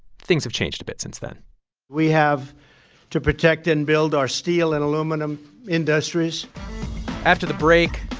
things have changed a bit since then we have to protect and build our steel and aluminum industries after the break,